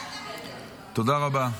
לא --- תודה רבה.